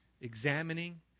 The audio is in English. examining